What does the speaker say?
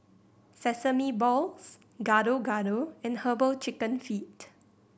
sesame balls Gado Gado and Herbal Chicken Feet